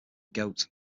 goat